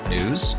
News